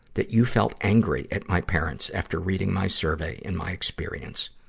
that you felt angry at my parents after reading my survey and my experience.